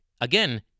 again